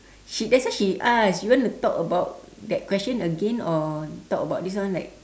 she that's why she ask you want to talk about that question again or talk about this one like